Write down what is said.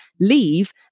leave